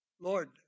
Lord